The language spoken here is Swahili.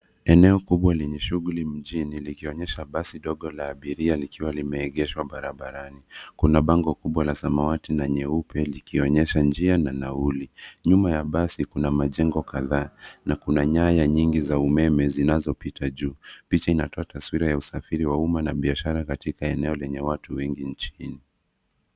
Eneo kubwa lenye shughuli mjini likionyesha basi ndogo la abiria likiwa limeegeshwa barabarani. Kuna bango kubwa la samawati na nyeupe likionyesha njia na nauli. Nyuma ya basi kuna majengo kadhaa na kuna nyaya nyingi za umeme zinazopita juu. Picha inatoa taswira ya usafiri wa umma na biashara katika eneo lenye watu wengi nchini.